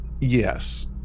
Yes